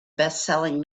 bestselling